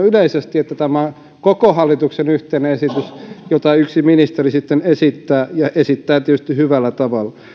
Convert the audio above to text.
yleisesti että tämä on koko hallituksen yhteinen esitys jota yksi ministeri sitten esittää ja esittää tietysti hyvällä tavalla